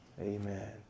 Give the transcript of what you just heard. amen